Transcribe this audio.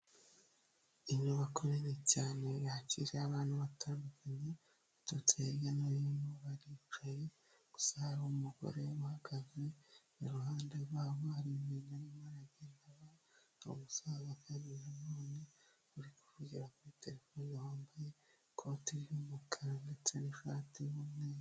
Inyubako cyane yakiriye abantu batandukanye baturutse hirya no hino, baricaye, gusa hari umugore uhagaze, iruhande rwa bo hari ibintu arimo aragenda abaha, hari umusaza kandi nanone uri kuvugira kuri telefone wambaye ikoti ry'umukara ndetse n'ishati y'umweru.